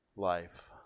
Life